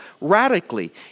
radically